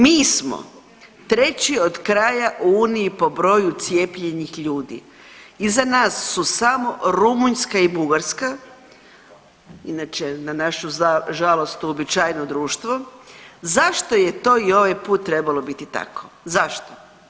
Mi smo treći od kraja u uniji po broju cijepljenih ljudi, iza nas su samo Rumunjska i Bugarska, inače na našu žalost uobičajeno društvo, zašto je to i ovaj put trebalo biti tako, zašto?